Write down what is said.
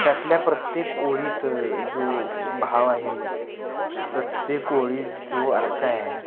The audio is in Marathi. त्यातल्या प्रत्येक ओळीत जो भाव आहे प्रत्येक ओळीत जो अर्थ आहे